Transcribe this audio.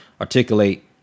articulate